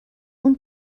اون